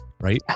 right